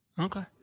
Okay